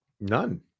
None